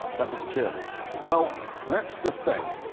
that was churlish. well, that's the thing.